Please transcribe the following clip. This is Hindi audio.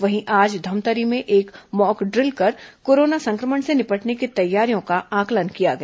वहीं आज धमतरी में एक मॉकड्रिल कर कोरोना संक्रमण से निपटने की तैयारियों का आंकलन किया गया